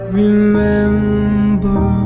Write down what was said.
remember